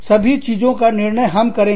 सभी चीजों का निर्णय हम करेंगे